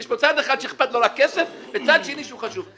יש פה צד אחד שאכפת לו רק כסף וצד שני הוא חשוב?